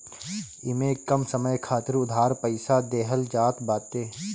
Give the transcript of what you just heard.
इमे कम समय खातिर उधार पईसा देहल जात बाटे